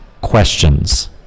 questions